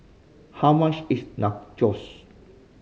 how much is Nachos